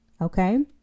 Okay